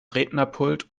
rednerpult